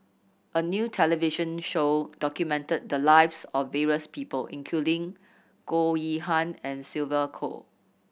a new television show documented the lives of various people including Goh Yihan and Sylvia Kho